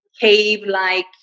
cave-like